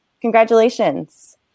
Congratulations